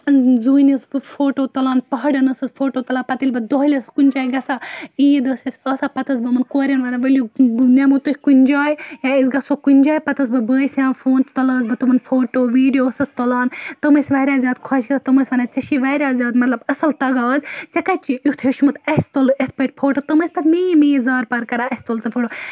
زوٗنہِ ٲسٕس بہٕ فوٹوٗ تُلان پَہاڑن ٲسٕس فوٹوٗ تُلان پَتہٕ ییٚلہِ بہٕ دۅہلہِ ٲسٕس کُنہِ جایہِ گَژھان عیٖد ٲس اَسہِ آسان پَتہٕ ٲسٕس بہٕ یِمَن کوریٚن وَنان ؤلِو بہٕ نِمو تُہی کُنہِ جایہِ یا أسۍ گَژھو کُنہِ جایہِ پَتہٕ ٲسٕس بہٕ بٲیِس ہیوان فون تہٕ تُلان ٲسٕس بہٕ تِمَن فوٹوٗ ویٖڈیو ٲسٕس تُلان تِم ٲسۍ واریاہ زیادٕ خۄش گَژھان تِم ٲسۍ وَنان ژےٚ چھُے واریاہ زیادٕ مطلب اصٕل تَگان اَز ژےٚ کَتہِ چھُے یُتھ ہیٚچھمُت اَسہِ تُل یِتھٕ پٲٹھۍ فوٹوٗ تِم ٲسۍ پَتہٕ مےٚ مےٚ زارپار کَران اَسہِ تُل ژٕ فو